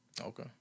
Okay